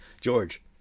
George